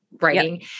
Writing